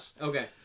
Okay